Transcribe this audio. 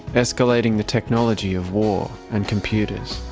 escalating the technology of war and computers,